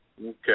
Okay